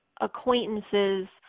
acquaintances